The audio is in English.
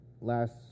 last